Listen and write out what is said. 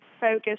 focus